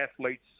athletes